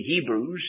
Hebrews